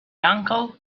uncle